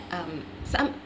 um some